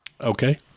okay